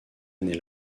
année